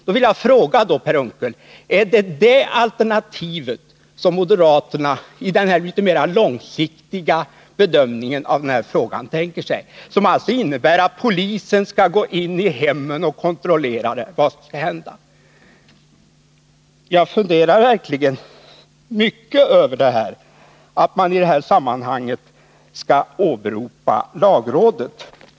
Då vill jag fråga Per Unckel: Är det det alternativet som moderaterna, i den litet mer långsiktiga bedömningen av den här frågan, tänker sig? Tänker man sig att polisen skall gå in i hemmen och kontrollera vad människorna tittar på? Jag funderar verkligen mycket över att man i det här sammanhanget skall åberopa lagrådet.